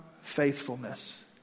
faithfulness